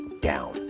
down